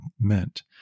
meant